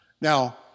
Now